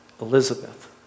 Elizabeth